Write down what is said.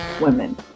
women